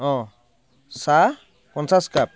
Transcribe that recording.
অঁ চাহ পঞ্চাচ কাপ